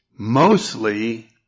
Mostly